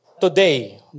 today